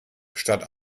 statt